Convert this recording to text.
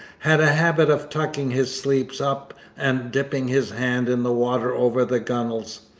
had a habit of tucking his sleeves up and dipping his hand in the water over the gunnels.